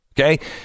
Okay